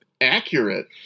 accurate